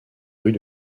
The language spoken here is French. rues